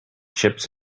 chips